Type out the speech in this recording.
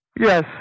Yes